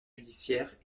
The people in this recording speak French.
judiciaires